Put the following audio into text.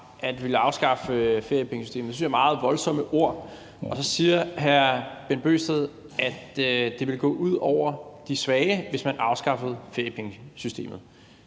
at ville afskaffe feriepengesystemet – det synes jeg er meget voldsomme ord. Og så siger hr. Bent Bøgsted, at det ville gå ud over de svage, hvis man afskaffede feriepengesystemet.